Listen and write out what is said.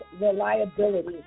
reliability